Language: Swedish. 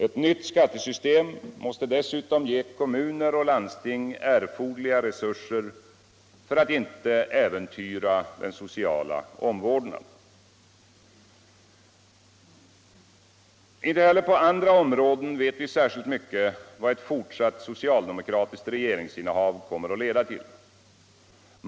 Ett nytt skattesystem måste dessutom ge kommuner och landsting erforderliga resurser för att inte äventyra den sociala omvårdnaden. Inte heller på andra områden vet vi särskilt mycket om vad ett fortsatt socialdemokratiskt regeringsinnehav kommer att leda till.